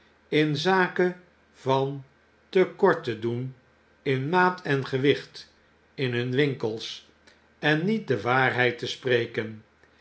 in zake van te kort te doen in maat en gewicht in hun winkels en niet de waarheid te spreken